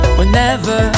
Whenever